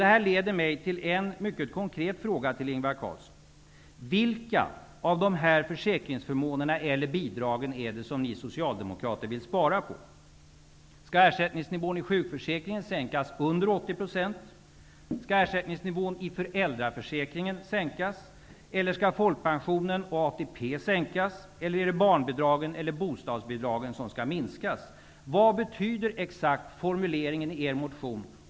Detta leder mig till en mycket konkret fråga till Ingvar Carlsson: Vilka av dessa försäkringsförmåner eller bidrag är det som ni socialdemokrater vill spara på? Skall ersättningsnivån i sjukförsäkringen sänkas under Vad betyder exakt formuleringen i er motion?